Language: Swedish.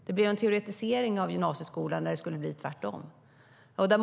Det blev en teoretisering av gymnasieskolan när det skulle bli tvärtom.